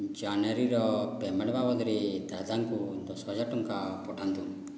ଜାନୁଆରୀର payment ବାବଦରେ ଦାଦାଙ୍କୁ ଦଶ ହଜାର ଟଙ୍କା ପଠାନ୍ତୁ